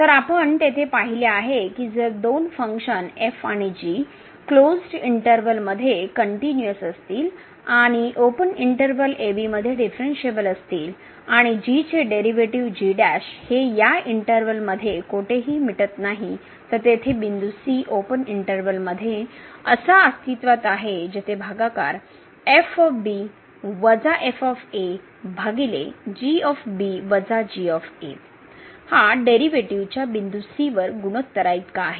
तर आपण तेथे पाहिले आहे की जर दोन फंक्शन f आणि g क्लोज्ड इंटर्वल मध्ये कनटुयनिअस असतील आणि ओपन इंटर्वल a b मध्ये डिफरणशिएबल असतील आणि हे या इंटर्वल मध्ये कोठेही मिटत नाही तर तेथे बिंदू c ओपन इंटर्वल मध्ये असा अस्तित्वात आहे जेथे भागाकार हा डेरीवेटीवच्या बिंदू c वर गुणोत्तराइतका आहे